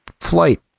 flight